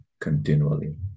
continually